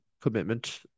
commitment